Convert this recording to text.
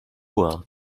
world